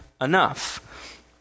enough